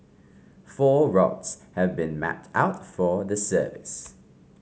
four routes have been mapped out for the service